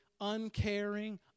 uncaring